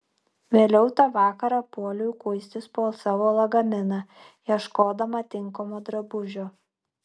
vėliau tą vakarą puoliau kuistis po savo lagaminą ieškodama tinkamo drabužio